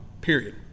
Period